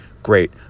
Great